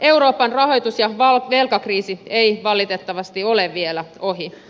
euroopan rahoitus ja velkakriisi ei valitettavasti ole vielä ohi